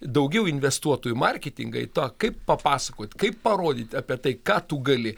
daugiau investuotų į marketingą į tą kaip papasakot kaip parodyt apie tai ką tu gali